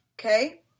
Okay